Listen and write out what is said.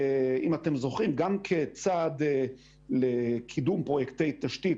אם אתם זוכרים גם כצעד לקידום פרויקטי תשתית,